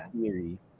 theory